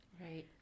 Right